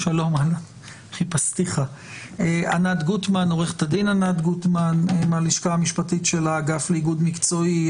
; עורכת הדין ענת גוטמן מהלשכה המשפטית של האגף לאיגוד מקצועי,